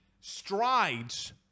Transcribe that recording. strides